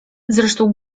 zresztą